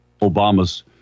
Obama's